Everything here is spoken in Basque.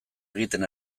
egiten